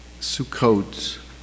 Sukkot